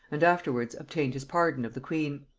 and afterwards obtained his pardon of the queen.